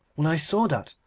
when i saw that,